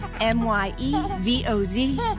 M-Y-E-V-O-Z